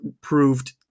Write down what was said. proved